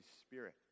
Spirit